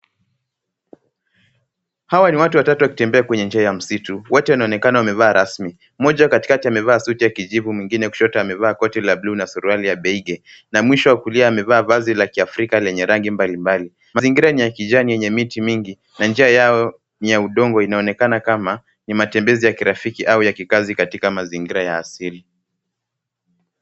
Hawa ni watu watatu wakitembea kwenye njia ya msitu. Wote wanaonekana wamevaa rasmi. Moja wa katikati amevaa suti ya kijivu, mwingine kushoto amevaa koti la blue na suruali ya beige na mwisho wa kulia amevaa vazi la Kiafrika lenye rangi mbalimbali. Mazingira ya kijani yenye miti mingi na njia yao ya udongo inaonekana kama ni matembezi ya kirafiki au ya kikazi katika mazingira ya asili.